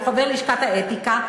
הוא חבר לשכת האתיקה,